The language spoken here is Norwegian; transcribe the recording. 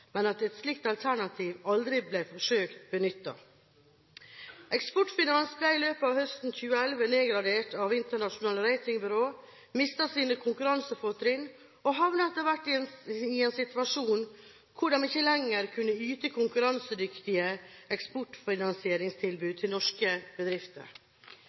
men at et slikt alternativ aldri ble forsøkt benyttet. Eksportfinans ble i løpet av høsten 2011 nedgradert av internasjonale ratingbyråer, mistet sine konkurransefortrinn og havnet etter hvert i en situasjon hvor de ikke lenger kunne yte konkurransedyktige eksportfinansieringstilbud til norske bedrifter.